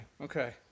Okay